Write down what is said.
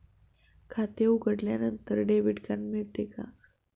खाते उघडल्यानंतर debit card मिळते का?